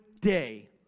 day